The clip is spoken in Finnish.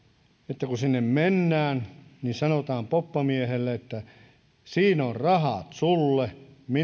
että kun sinne mennään sanotaan poppamiehelle että siinä on rahat sulle